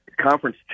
conference